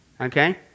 Okay